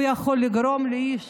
הוא יכול לגרום לאיש